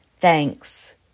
Thanks